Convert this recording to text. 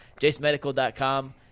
JaceMedical.com